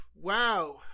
wow